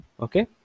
okay